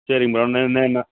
சரி மேடம் நே நே நான்